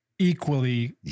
equally